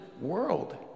world